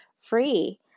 free